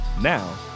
Now